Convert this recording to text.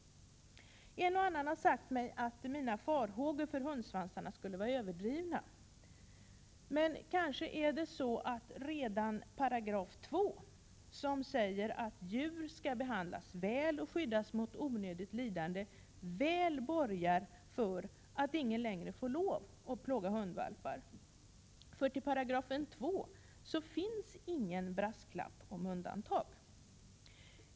En och annan har sagt till mig att mina farhågor när det gäller hundsvansarna är överdrivna. Men kanske är det så, att 2 §, som säger att djur skall behandlas väl och skyddas mot onödigt lidande, väl borgar för att ingen längre får plåga hundvalpar. Beträffande 2 § finns det ju ingen brasklapp om undantag.